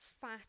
fat